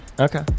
okay